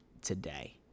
today